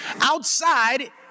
outside